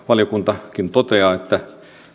valiokuntakin toteaa että